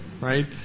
right